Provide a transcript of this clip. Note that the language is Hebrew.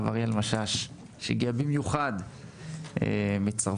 הרב אריה משאש, שהגיע במיוחד מצרפת.